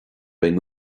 beidh